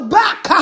back